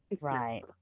Right